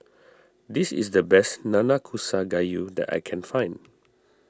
this is the best Nanakusa Gayu that I can find